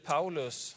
Paulus